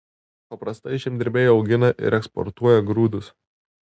paprastai žemdirbiai augina ir eksportuoja grūdus